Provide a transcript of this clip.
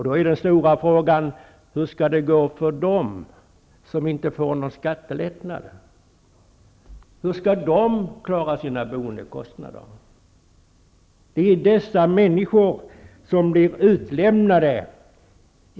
Då är den stora frågan: Hur skall det gå för dem som inte får skattelättnader? Hur skall de klara sina boendekostnader? Det är dessa människor som blir utlämnade.